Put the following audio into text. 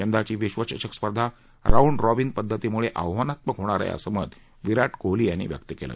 यंदाची विश्वचषक स्पर्धा राऊंड रॉबीन पद्धतीमुळे आव्हानात्मक होणार आहे असं मत विराट कोहली यांनी व्यक् केलं